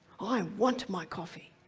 i want my coffee.